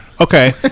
okay